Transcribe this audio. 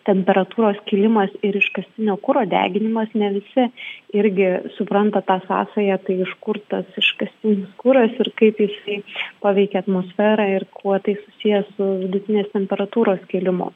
temperatūros kilimas ir iškastinio kuro deginimas ne visi irgi supranta tą sąsają tai iš kur tas iškastinis kuras ir kaip jisai paveikia atmosferą ir kuo tai susiję su vidutinės temperatūros kilimu